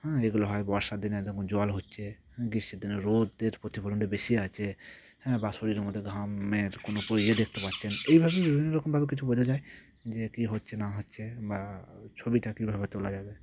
হ্যাঁ এগুলো হয় বর্ষার দিনে এই দেখুন জল হচ্ছে হ্যাঁ গ্রীষ্মের দিনে রোদের প্রতিফলনটা বেশি আছে হ্যাঁ বা শরীরের মধ্যে ঘামের কোনো ইয়ে দেখতে পাচ্ছেন এইভাবেই বিভিন্ন রকমভাবে কিছু বোঝা যায় যে কী হচ্ছে না হচ্ছে বা ছবিটা কীভাবে তোলা যাবে